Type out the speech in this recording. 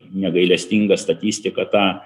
negailestinga statistika tą